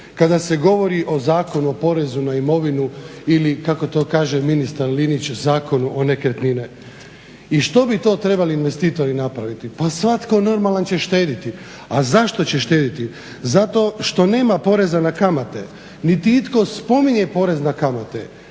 kada se govori o Zakonu o porezu na imovinu ili kako to kaže ministar Linić Zakonu o nekretninama? I što bi to trebali investitori napraviti? Pa svatko normalan će štedjeti. A zašto će štedjeti? Zato što nema poreza na kamate, niti itko spominje porez na kamate.